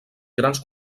grans